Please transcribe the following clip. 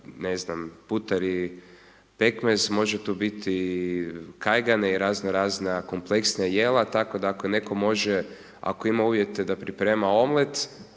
ne znam, putar i pekmez, može tu biti kajgane i raznorazna kompleksna jela tako da ako netko može, ako ima uvjete da priprema omlet,